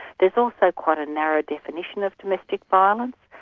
there's also quite a narrow definition of domestic violence,